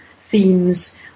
themes